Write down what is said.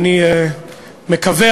ואני מקווה,